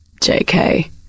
JK